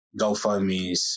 GoFundMes